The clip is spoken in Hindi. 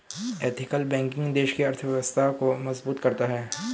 एथिकल बैंकिंग देश की अर्थव्यवस्था को मजबूत करता है